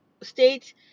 states